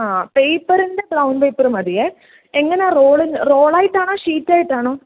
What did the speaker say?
ആ പേപ്പറിൻ്റെ brown paper മതിയെ എങ്ങനാണ് റോള് റോളായിട്ടാണോ ഷീറ്റായിട്ടാണോ